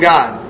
God